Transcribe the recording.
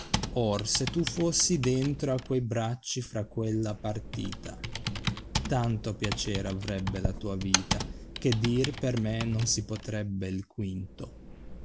se tu fossi dentro a qne bracci fra quella partita tanto piacer avrebbe la tua vita che dir per me non si potrebbe il quinto